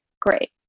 Great